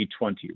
2020